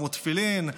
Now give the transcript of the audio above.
כמו תפילין,